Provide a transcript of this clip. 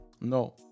No